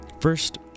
First